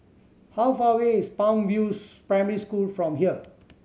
how far away is Palm View Primary School from here